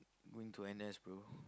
go into N_S bro